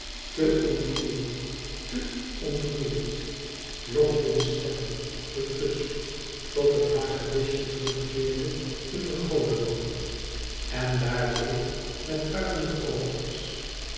te ontroerd te ontroerd lokte de stem de kus tot het hagedisje terugkeerde in de godenhand en daar bleef met puifende oogjes